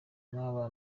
n’abana